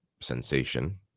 sensation